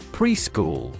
preschool